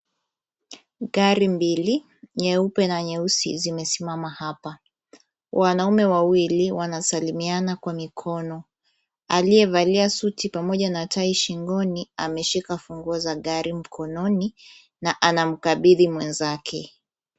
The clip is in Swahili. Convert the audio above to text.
Gari mbili nyeupe nyeusi zimesimama hapa. Wanaume wawili wanasalimiana kwa mikono. Aliyevalia suti pamoja na tai shingoni ameshika funguo za gari mkononi na anamkabithi mwenzake.